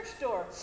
door